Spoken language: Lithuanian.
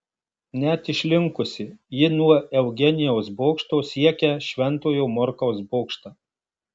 net išlinkusi ji nuo eugenijaus bokšto siekia šventojo morkaus bokštą